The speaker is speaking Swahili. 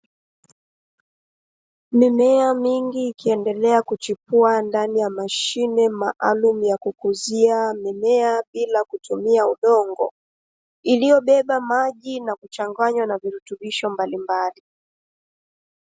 Mimea mingi ikiendelea kuchipua ndani ya mashine maalumu ya kukuzia mimea bila kutumia udongo, iliyobeba maji na kuchanganywa na virutubisho mbalimbali.